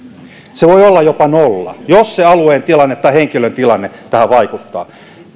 se voi olla jopa nolla jos alueen tilanne tai henkilön tilanne tähän vaikuttaa